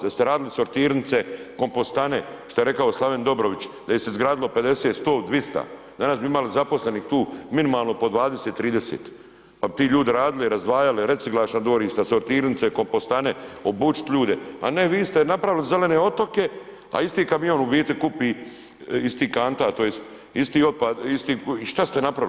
Da ste radili sortirnice, kompostane, što je rekao Slaven Dobrović, da ih izradilo 50, 100, 200, danas bi imali zaposlenih tu minimalno po 20, 30, pa bi ti ljudi radili, razdvajali reciklažna dvorišta, sortirnice, kompostane, obučiti ljude, a ne vi ste napravili zelene otoke, a isti kamion u biti kupi iz tih kanta, tj. isti otpad, isti i što ste napravili.